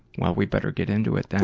well we better get into it then.